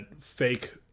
fake